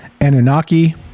anunnaki